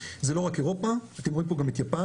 זה לא רק אירופה, אתם רואים פה גם את יפן,